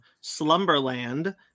slumberland